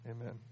Amen